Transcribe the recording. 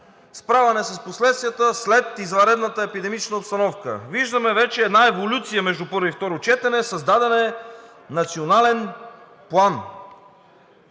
справяне с последствията след извънредната епидемиологична обстановка. Виждам вече една еволюция между първо и второ четене – създаден е Национален план.